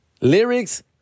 Lyrics